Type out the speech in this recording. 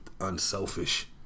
unselfish